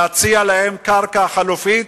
להציע להם קרקע חלופית.